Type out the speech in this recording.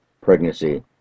pregnancy